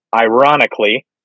ironically